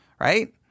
right